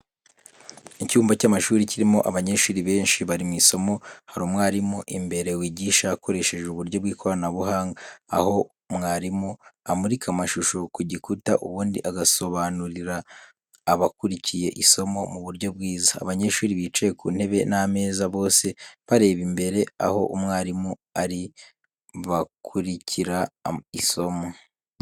Icyumba cy’amashuri kirimo abanyeshuri benshi, bari mu isomo. Hari umwarimu imbere wigisha akoresheje uburyo bw'ikoranabuhanga, aho mwarimu amurika amashusho ku gikuta, ubundi agasobanurira abakurikiye isomo mu buryo bwiza. Abanyeshuri bicaye ku ntebe n'ameza, bose bareba imbere aho umwarimu ari bakurikira isomo.